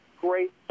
great